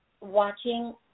watching